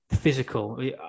physical